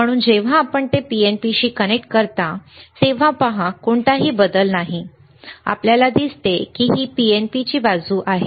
म्हणून जेव्हा आपण ते PNP शी कनेक्ट करता तेव्हा पहा कोणताही बदल नाही आपल्याला दिसते की ही PNP ची बाजू आहे